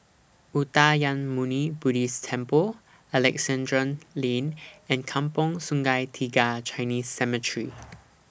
Uttamayanmuni Buddhist Temple Alexandra Lane and Kampong Sungai Tiga Chinese Cemetery